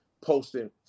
posting